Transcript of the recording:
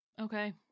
okay